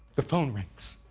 the phone rings